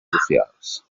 socials